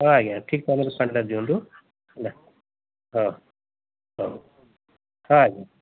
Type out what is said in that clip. ହଁ ଆଜ୍ଞା ଠିକ୍ ତାହେଲେ ଠିକ ଟାଇମରେ ପାଣିଟା ଦିଅନ୍ତୁ ହେଲା ହଁ ହଉ ହଁ ଆଜ୍ଞା